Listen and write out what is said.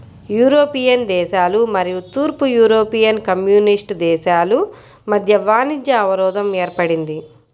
European దేశాలు మరియు తూర్పు యూరోపియన్ కమ్యూనిస్ట్ దేశాల మధ్య వాణిజ్య అవరోధం ఏర్పడింది